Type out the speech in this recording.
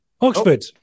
Oxford